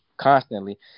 Constantly